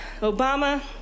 Obama